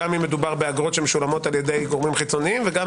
גם אם מדובר באגרות שמשולמות על ידי גורמים חיצוניים וגם